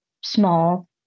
small